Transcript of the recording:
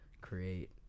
create